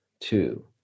two